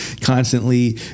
constantly